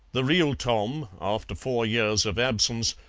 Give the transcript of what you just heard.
the real tom, after four years of absence,